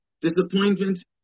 disappointment